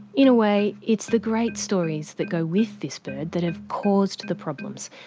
in a way, it's the great stories that go with this bird that have caused the problems.